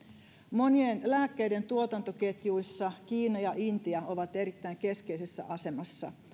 monien lääkkeiden tuotantoketjuissa kiina ja intia ovat erittäin keskeisessä asemassa